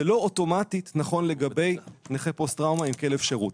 זה לא אוטומטית נכון לגבי נכה פוסט טראומה עם כלב שירות.